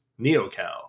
Neocal